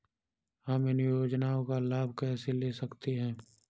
हम इन योजनाओं का लाभ कैसे ले सकते हैं?